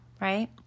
right